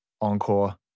encore